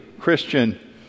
Christian